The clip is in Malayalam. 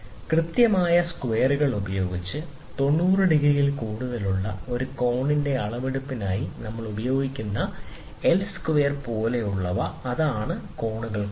കൃത്യമായ സ്ക്വയറുകൾ ഉപയോഗിച്ച് 90 ഡിഗ്രിയിൽ കൂടുതലുള്ള ഒരു കോണിന്റെ അളവെടുപ്പിനായി നമ്മൾ ഉപയോഗിക്കുന്ന എൽ സ്ക്വയർ പോലുള്ളവ അതാണ് കോണുകൾക്കൊപ്പം